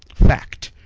fact,